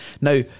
Now